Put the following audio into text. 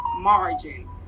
margin